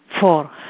Four